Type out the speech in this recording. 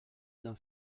d’un